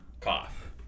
Cough